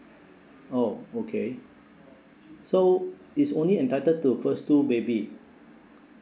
oh okay so it's only entitled to first two baby